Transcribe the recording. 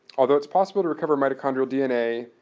although, it's possible to recover mitochondrial dna,